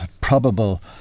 probable